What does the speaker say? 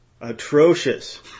atrocious